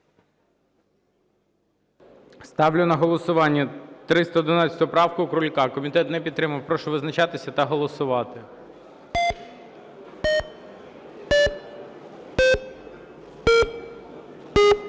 Ставлю на голосування 311 правку Крулька. Комітет не підтримав. Прошу визначатися та голосувати.